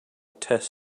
test